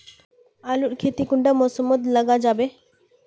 आलूर खेती कुंडा मौसम मोत लगा जाबे?